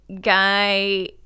guy